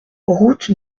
route